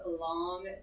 long